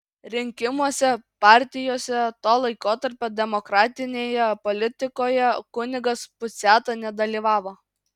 rinkimuose partijose to laikotarpio demokratinėje politikoje kunigas puciata nedalyvavo